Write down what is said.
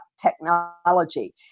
technology